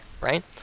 right